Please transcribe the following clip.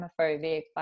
homophobic